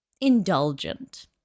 indulgent